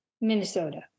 Minnesota